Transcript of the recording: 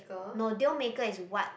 no deal maker is what